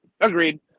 agreed